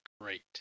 great